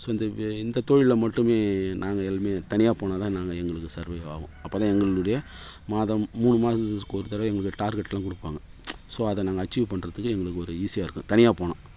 so இந்த இந்த தொழிலில் மட்டுமே நாங்கள் எல்லாமே தனியாக போனால் தான் நாங்கள் எங்களுக்கு சர்வைவ் ஆவோம் அப்போ தான் எங்களுடைய மாதம் மூணு மாதத்துக்கு ஒரு தடவை எங்களுக்கு டார்கெட்லாம் கொடுப்பாங்க ஸோ அதை நாங்கள் அச்சீவ் பண்ணுறத்துக்கு எங்களுக்கு ஒரு ஈஸியாக இருக்கும் தனியாக போனால்